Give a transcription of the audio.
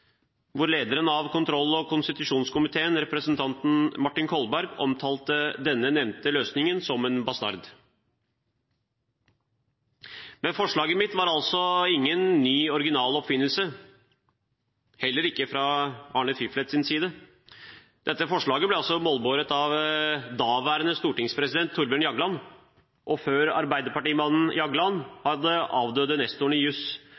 vår samtids. Jeg har vært enig og har framholdt dette. Debatten har hardnet til her. Lederen av kontroll- og konstitusjonskomiteen, representanten Martin Kolberg, omtalte denne nevnte løsningen som en bastard. Men forslaget mitt var altså ingen ny original oppfinnelse, heller ikke fra Arne Fliflets side. Dette forslaget ble målbåret av daværende stortingspresident Thorbjørn Jagland, og før arbeiderpartimannen Jagland